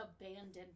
abandoned